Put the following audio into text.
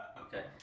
Okay